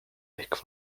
ehk